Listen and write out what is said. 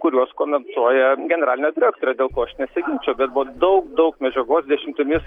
kuriuos komentuoja generalinė direktorė dėl ko aš nesiginčiju bet buvo daug daug medžiagos dešimtimis